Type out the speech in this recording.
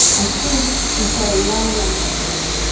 i think we've got a long, long way to go.